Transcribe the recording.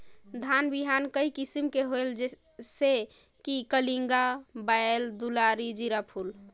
धान बिहान कई किसम के होयल जिसे कि कलिंगा, बाएल दुलारी, जीराफुल?